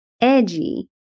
edgy